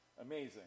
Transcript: Amazing